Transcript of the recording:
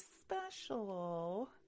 special